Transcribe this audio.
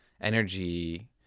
energy